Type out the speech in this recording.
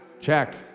Check